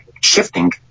shifting